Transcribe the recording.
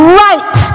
right